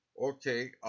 Okay